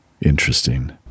interesting